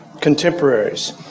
contemporaries